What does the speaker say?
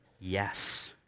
yes